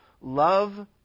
love